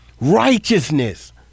Righteousness